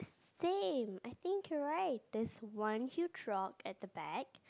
same I think you are right there's one huge rock at the back